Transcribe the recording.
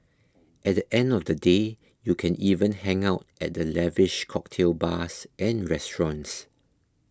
at the end of the day you can even hang out at the lavish cocktail bars and restaurants